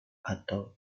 atau